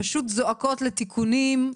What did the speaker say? פשוט זועקות לתיקונים,